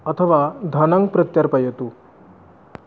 अथवा धनं प्रत्यर्पयतु